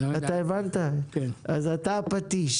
אתה הפטיש.